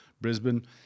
Brisbane